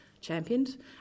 championed